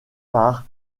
par